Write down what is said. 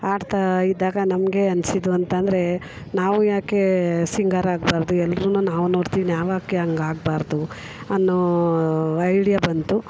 ಆಡ್ತಾಯಿದ್ದಾಗ ನಮಗೆ ಅನ್ನಿಸಿದ್ದು ಅಂತ ಅಂದ್ರೆ ನಾವು ಯಾಕೆ ಸಿಂಗರ್ ಆಗಬಾರ್ದು ಎಲ್ಲರೂನು ನಾವು ನೋಡ್ತೀವಿ ನಾವು ಏಕೆ ಹಂಗೆ ಆಗಬಾರ್ದು ಅನ್ನೋ ಐಡಿಯ ಬಂತು